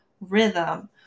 rhythm